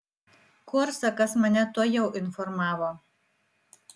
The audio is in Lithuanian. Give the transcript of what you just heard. korsakas mane tuojau informavo